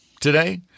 Today